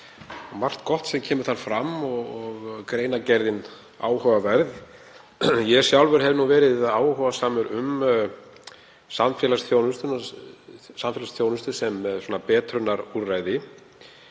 margt gott sem kemur þar fram og greinargerðin er áhugaverð. Ég sjálfur hef verið áhugasamur um samfélagsþjónustu sem betrunarúrræði